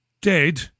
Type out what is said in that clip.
dead